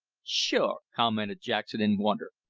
sho' commented jackson in wonder,